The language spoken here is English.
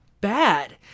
bad